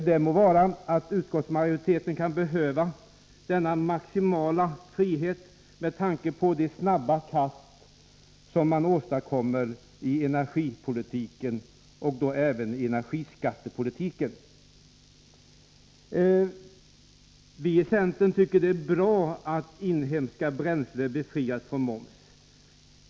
Det må vara att utskottsmajoriteten kan behöva denna maximala frihet, med tanke på de snabba kast man åstadkommer i energiskattepolitiken. Vi i centern tycker det är bra att inhemska bränslen befrias från moms.